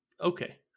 Okay